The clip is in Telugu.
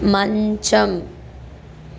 మంచం